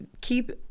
keep